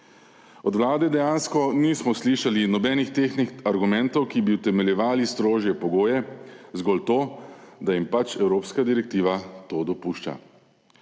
Od vlade dejansko nismo slišali nobenih tehtnih argumentov, ki bi utemeljevali strožje pogoje; zgolj to, da jim pač evropska direktiva to dopušča.